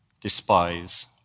despise